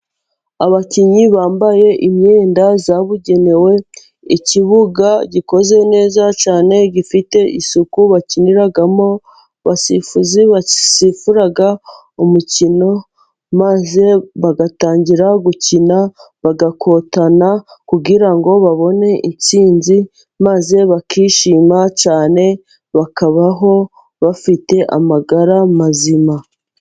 Abakinnyi bambaye imyenda yabugenewe ikibuga gikoze neza cyane gifite isuku bakiniramo, abasifuzi basifura umukino maze bagatangira gukina bagakotana kugira ngo babone intsinzi, maze bakishima cyane bakabaho bafite amagara mazima.